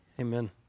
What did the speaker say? Amen